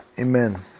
amen